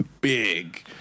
Big